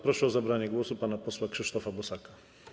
Proszę o zabranie głosu pana posła Krzysztofa Bosaka.